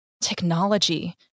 technology